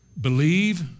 Believe